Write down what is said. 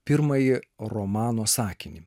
pirmąjį romano sakinį